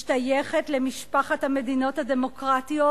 משתייכת למשפחת המדינות הדמוקרטיות,